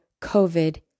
COVID